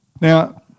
Now